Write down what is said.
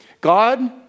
God